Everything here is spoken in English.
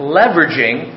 leveraging